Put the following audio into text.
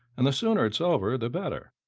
and the sooner it's over the better.